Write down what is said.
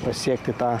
pasiekti tą